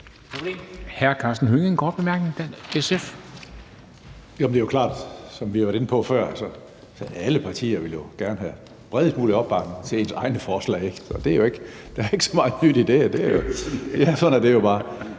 14:37 Karsten Hønge (SF): Det er jo klart, som vi har været inde på før, at alle partier gerne vil have bredest mulig opbakning til egne forslag. Der er ikke så meget nyt i det, og sådan er det jo bare.